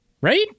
Right